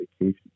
vacation